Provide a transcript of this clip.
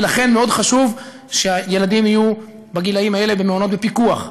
לכן מאוד חשוב שהילדים יהיו בגילים האלה במעונות בפיקוח,